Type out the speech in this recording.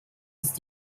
ist